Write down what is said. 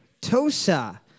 Tosa